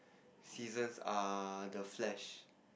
seasons are the-Flash